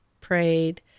prayed